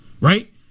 right